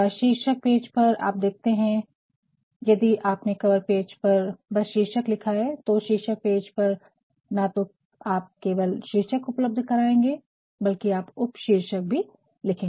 शीर्षक पेज पर आप देखते हैं यदि आपने कवर पेज पर बस शीर्षक लिखा है तो शीर्षक पेज पर ना तो आप केवल शीर्षक उपलब्ध कराएंगे बल्कि आप उपशीर्षक भी लिखेंगे